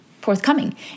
forthcoming